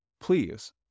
please